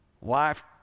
Wife